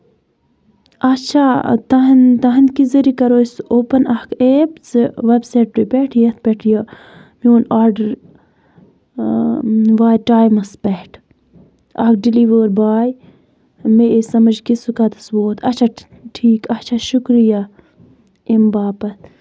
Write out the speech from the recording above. اچھا تُہنٛد تُہٕنٛدِ کہِ ذٔریعہٕ کَرو أسۍ سُہ اوپَن اَکھ ایپ ژٕ وٮ۪بسایٹہٕ پٮ۪ٹھ یَتھ پٮ۪ٹھ یہِ میون آرڈَر واتہِ ٹایمَس پٮ۪ٹھ اَکھ ڈِیلؤری باے مےٚ أسۍ سَمٕجھ کہِ سُہ قتَس ووت اَچھا ٹھیٖک اَچھا شُکریہ أمہِ باپَتھ